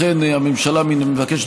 לכן, הממשלה מבקשת